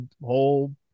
whole